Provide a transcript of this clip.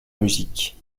musique